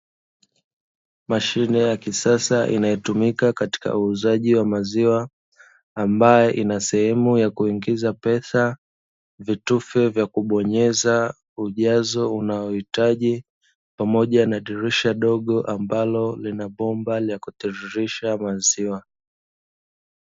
Mashine ya kisasa inayotumika katika uuzaji wa maziwa ambae ina sehemu ya kuingiza pesa, vitufe vya kubonyeza ujazo unaouhitaji pamoja na dirisha dogo ambalo lina bomba la kutiririsha maziwa.